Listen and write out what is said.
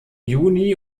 juni